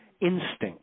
instinct